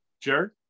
Jared